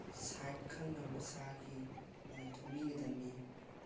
ꯁꯥꯏꯗ ꯈꯪꯅ ꯃꯁꯥꯒꯤ ꯑꯗ ꯊꯧꯕꯤꯒꯗꯕꯅꯤ